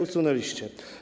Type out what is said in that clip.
Usunęliście.